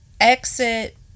exit